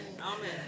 amen